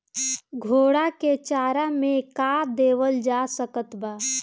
घोड़ा के चारा मे का देवल जा सकत बा?